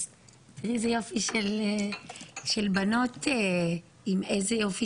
תיראי איזה יופי של בנות עם איזה יופי